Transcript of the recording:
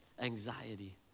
anxiety